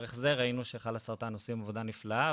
דרך זה ראינו שחלאסרטן עושים עבודה נפלאה,